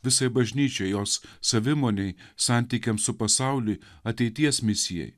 visai bažnyčiai jos savimonei santykiams su pasauliu ateities misijai